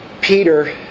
Peter